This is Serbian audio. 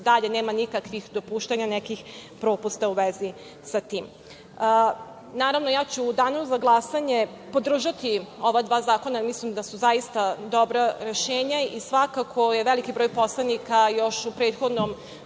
dalje nema nikakvih dopuštanja nekih propusta u vezi sa tim.U Danu za glasanje ja ću podržati ova dva zakona, jer mislim da su zaista dobra rešenja i svakako je veliki broj poslanika još u prethodnom